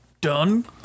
Done